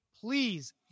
Please